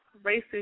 racist